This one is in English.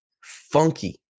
funky